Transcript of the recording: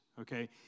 okay